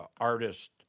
artist